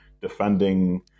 defending